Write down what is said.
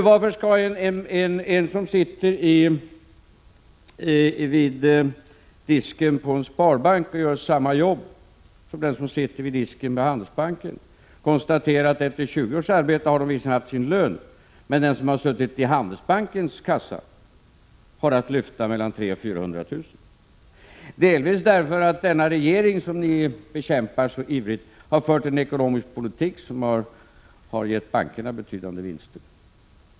Varför skall en som sitter vid disken på en sparbank och gör samma jobb som den som sitter vid disken på Handelsbanken konstatera, att efter 20 års arbete har han visserligen haft sin lön, men den som har suttit i Handelsbankens kassa har att lyfta mellan 300 000 och 400 000 kr. — delvis därför att denna regering, som ni bekämpar så ivrigt, har fört en ekonomisk politik som har gett bankerna betydande vinster?